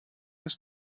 ist